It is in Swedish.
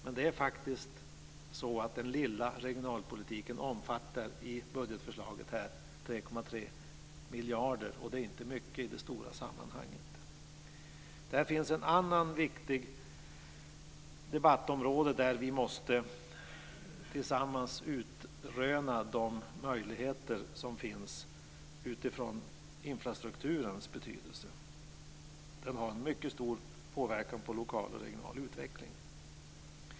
Men den lilla regionalpolitiken omfattar i budgetförslaget 3,3 miljarder, och det är inte mycket i det stora sammanhanget. Det finns ett annan viktigt område där vi tillsammans måste utröna de möjligheter som finns utifrån infrastrukturens betydelse. Infrastrukturen har mycket stor påverkan på lokal och regional utveckling.